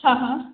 हँ हँ